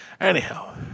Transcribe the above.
Anyhow